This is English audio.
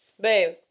babe